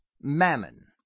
mammon